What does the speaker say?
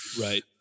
right